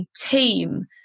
team